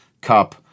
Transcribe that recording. cup